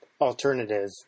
alternative